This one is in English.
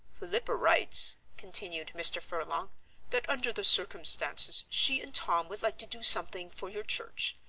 philippa writes, continued mr. furlong that under the circumstances she and tom would like to do something for your church.